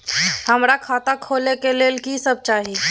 हमरा खाता खोले के लेल की सब चाही?